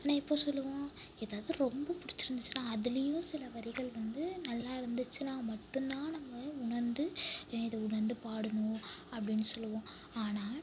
எதாவது ரொம்ப பிடிச்சிருந்துச்சினா அதுலேயும் சில வரிகள் வந்து நல்லாயிருந்துச்சின்னா மட்டும்தான் நம்ம உணர்ந்து இதை உணர்ந்து பாடணும் அப்படின்னு சொல்வோம் ஆனால்